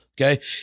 okay